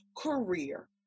Career